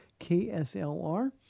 KSLR